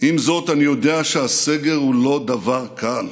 אני יודע שהסגר הוא לא דבר קל.